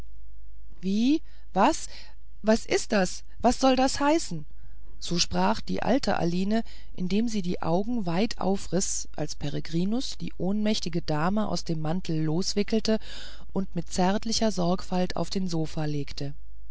wie was was ist das was soll das heißen so sprach die alte aline indem sie die augen weit aufriß als peregrinus die ohnmächtige dame aus dem mantel loswickelte und mit zärtlicher sorgfalt auf den sofa legte